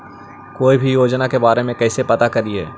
कोई भी योजना के बारे में कैसे पता करिए?